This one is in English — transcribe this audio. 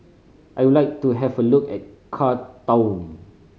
I would like to have a look at Khartoum